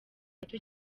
gato